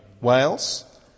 Wales